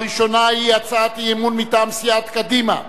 הראשונה היא הצעת אי-אמון מטעם סיעת קדימה בנושא: